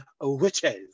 witches